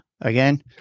again